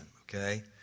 okay